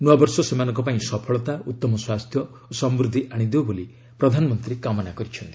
ନୂଆବର୍ଷ ସେମାନଙ୍କ ପାଇଁ ସଫଳତା ଉତ୍ତମ ସ୍ୱାସ୍ଥ୍ୟ ଓ ସମୃଦ୍ଧି ଆଶିଦେଉ ବୋଲି ପ୍ରଧାନମନ୍ତ୍ରୀ କାମନା କରିଛନ୍ତି